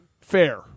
fair